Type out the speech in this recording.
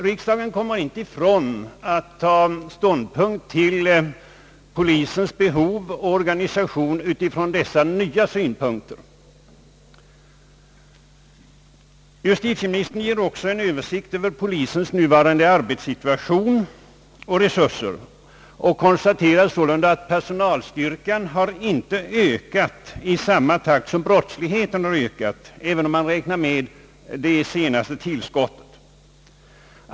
Riksdagen kommer inte ifrån ett ställningstagande till polisens behov och organisation med utgångspunkt från dessa nya aspekter. Justitieministern ger också en Ööversikt över polisens nuvarande arbetssituation och resurser. Det konstateras sålunda att personalstyrkan inte har ökat i samma takt som brottsligheten, även om man räknar med de senaste tillskotten.